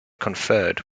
conferred